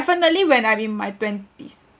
definitely when I'm in my twenties